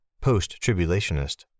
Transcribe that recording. post-tribulationist